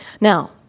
Now